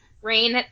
rain